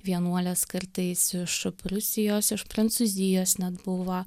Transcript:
vienuolės kartais iš prūsijos iš prancūzijos net buvo